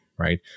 right